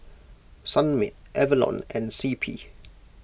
Sunmaid Avalon and C P